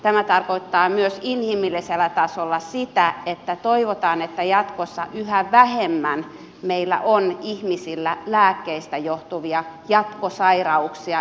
tämä tarkoittaa myös inhimillisellä tasolla sitä että toivotaan että jatkossa yhä vähemmän meillä on ihmisillä lääkkeistä johtuvia jatkosairauksia